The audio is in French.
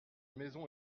maison